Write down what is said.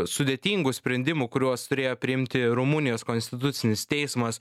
sudėtingų sprendimų kuriuos turėjo priimti rumunijos konstitucinis teismas